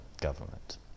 government